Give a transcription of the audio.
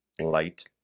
light